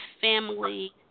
family